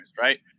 right